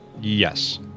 Yes